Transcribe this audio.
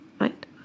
Right